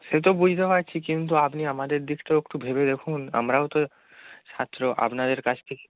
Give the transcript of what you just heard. সে তো বুঝতে পারছি কিন্তু আপনি আমাদের দিকটাও একটু ভেবে দেখুন আমরাও তো ছাত্র আপনাদের কাছ থেকে